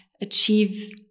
achieve